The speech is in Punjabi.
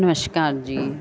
ਨਮਸ਼ਕਾਰ ਜੀ